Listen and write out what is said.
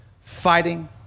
fighting